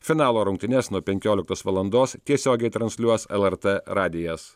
finalo rungtynes nuo penkioliktos valandos tiesiogiai transliuos lrt radijas